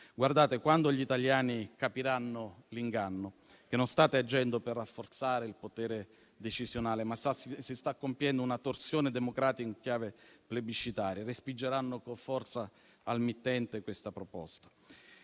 gambe. Quando gli italiani capiranno l'inganno, ossia che non state agendo per rafforzare il potere decisionale, ma che si sta compiendo una torsione democratica in chiave plebiscitaria, respingeranno con forza al mittente questa proposta.